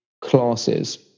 classes